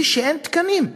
היא שאין תקנים.